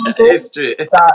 history